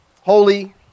holy